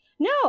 No